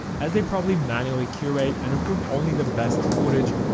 as they probably manually curate and approve only the best footage,